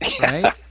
right